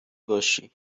باشی